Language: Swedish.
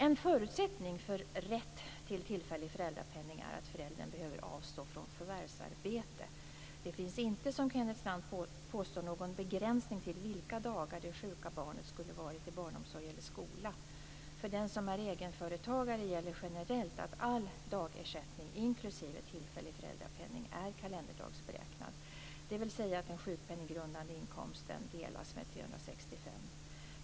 En förutsättning för rätt till tillfällig föräldrapenning är att föräldern behöver avstå från förvärvsarbete. Det finns inte - som Kenneth Lantz påstår - någon begränsning till vilka dagar det sjuka barnet skulle ha varit i barnomsorg eller skola. För den som är egenföretagare gäller generellt att all dagersättning inklusive tillfällig föräldrapenning är kalenderdagsberäknad, dvs. att den sjukpenninggrundande inkomsten delas med 365.